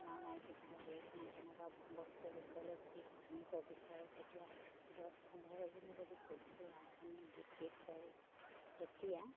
আলনা নাই কিবা ৰেক নাই তেনেকুৱা বস্তুৰ বিষয়লৈ যদি আনিব বিচাৰোঁ তেতিয়া দছ পোন্ধৰজনী যদি কুকুৰা আমি বিক্ৰী কৰোঁ তেতিয়া